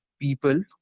people